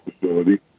facility